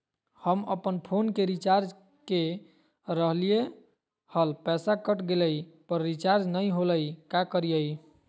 हम अपन फोन के रिचार्ज के रहलिय हल, पैसा कट गेलई, पर रिचार्ज नई होलई, का करियई?